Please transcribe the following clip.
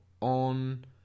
on